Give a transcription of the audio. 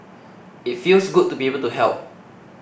it feels good to be able to help